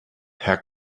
herr